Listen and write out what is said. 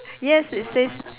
yes it says